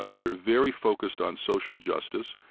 ah they're very focused on social justice,